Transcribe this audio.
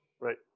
Right